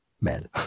mad